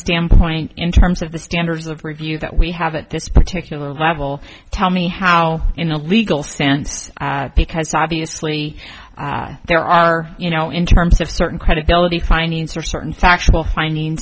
standpoint in terms of the standards of review that we have at this particular level tell me how in a legal sense because obviously there are you know in terms of certain credibility findings or certain f